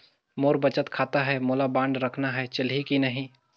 मोर बचत खाता है मोला बांड रखना है चलही की नहीं?